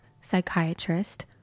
psychiatrist